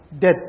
death